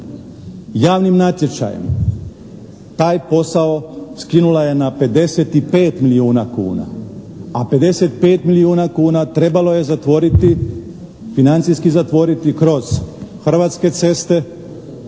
Javnim natječajem taj posao skinula je na 55 milijuna kuna, a 55 milijuna kuna trebalo je zatvoriti, financijski zatvoriti, kroz Hrvatske ceste,